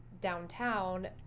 downtown